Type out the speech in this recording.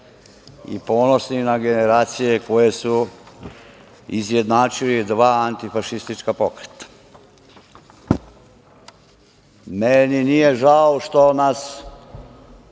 i ponosni na generacije koje su izjednačili dva antifašistička pokreta. Meni nije žao što nas